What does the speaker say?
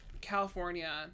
California